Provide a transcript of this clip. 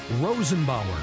Rosenbauer